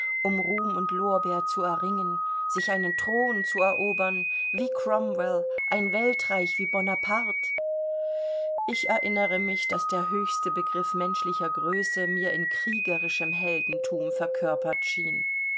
um ruhm und lorbeer zu erringen sich einen thron erobern wie cromwell ein weltreich wie bonaparte ich erinnere mich daß der höchste begriff menschlicher größe mir in kriegerischem heldentum verkörpert schien